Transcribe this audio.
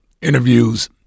interviews